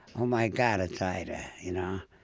oh, my god, it's ida you know,